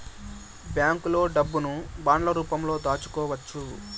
బ్యాంకులో డబ్బును బాండ్ల రూపంలో దాచుకోవచ్చు